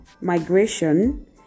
migration